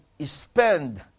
spend